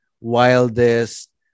wildest